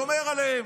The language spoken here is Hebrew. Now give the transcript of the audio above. שומר עליהם.